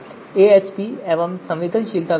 AHP और संवेदनशीलता विश्लेषण